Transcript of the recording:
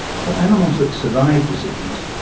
for animals that survive disease,